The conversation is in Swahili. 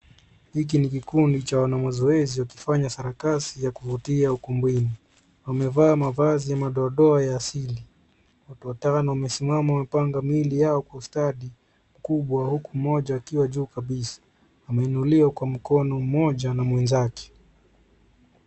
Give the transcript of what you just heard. Hiki ni kikundi cha wanamazoezi wakifanya sarakasi ya kuvutia ukumbini. Wamevaa mavazi ya madododa ya asili. Watu watano wamesimama wamepanga miili yao kwa ustadi mkubwa, huku mmoja akiwa juu kabisa, ameunuliwa kwa mkono mmoja na mwenzake.